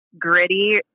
gritty